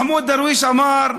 מחמוד דרוויש אמר: